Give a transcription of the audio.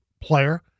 player